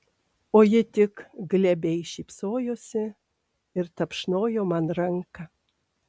o ji tik glebiai šypsojosi ir tapšnojo man ranką